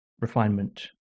refinement